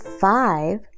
five